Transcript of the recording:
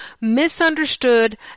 misunderstood